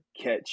catch